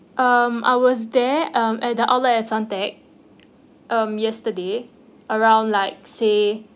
um I was there um at the outlet at suntec um yesterday around like say